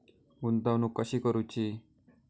गुंतवणूक कशी करूची?